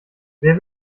wer